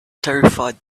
terrified